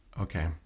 Okay